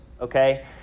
Okay